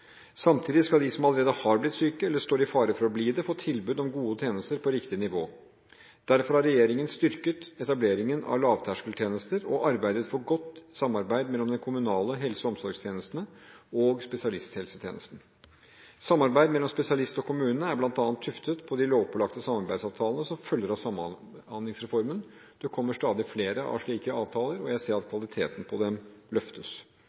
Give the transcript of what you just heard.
Samtidig skal de som allerede har blitt syke eller står i fare for å bli det, få tilbud om gode tjenester på riktig nivå. Derfor har regjeringen styrket etableringen av lavterskeltjenester og arbeidet for godt samarbeid mellom de kommunale helse- og omsorgstjenestene og spesialisthelsetjenesten. Samarbeidet mellom spesialist og kommune er bl.a. tuftet på de lovpålagte samarbeidsavtalene som følger av Samhandlingsreformen. Det kommer stadig flere slike avtaler, og jeg ser at kvaliteten på dem løftes.